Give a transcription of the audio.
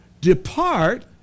depart